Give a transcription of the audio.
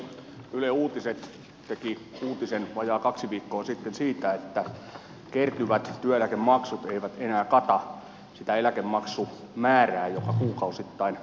yle uutiset teki vajaa kaksi viikkoa sitten uutisen siitä että kertyvät työeläkemaksut eivät enää kata sitä eläkemaksumäärää joka kuukausittain maksetaan